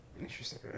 interesting